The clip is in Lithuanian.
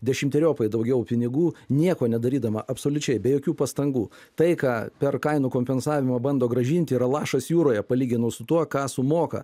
dešimteriopai daugiau pinigų nieko nedarydama absoliučiai be jokių pastangų tai ką per kainų kompensavimą bando grąžinti yra lašas jūroje palyginus su tuo ką sumoka